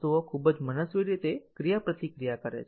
વસ્તુઓ ખૂબ જ મનસ્વી રીતે ક્રિયાપ્રતિક્રિયા કરે છે